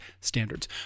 standards